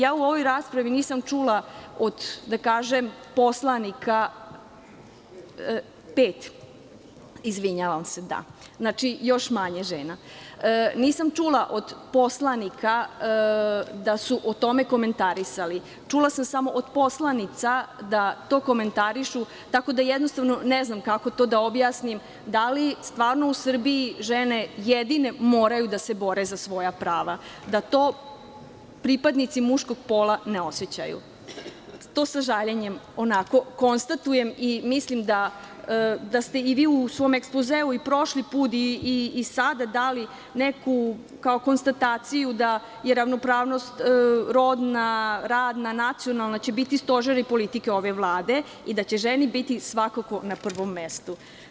Ja u ovoj raspravi nisam čula od, da kažem poslanika, pet žena izvinjavam se, znači, još manje žena, da su komentarisali o tome, čula sam samo od poslanica da to komentarišu tako da jednostavno ne znam kako to da objasnim, da li stvarno u Srbiji žene jedine moraju da se bore za svoja prava, da to pripadnici muškog pola ne osećaju, to sa žaljenjem konstatujem i mislim da ste i vi u svom ekspozeu i prošli put i sada dali neku, kao konstataciju, da je ravnopravnost rodna, radna, nacionalna biće stožeri politike ove Vlade i da će žene biti svakako na prvom mestu.